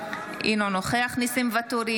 אינו נוכח ניסים ואטורי,